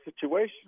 situation